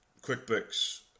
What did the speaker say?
QuickBooks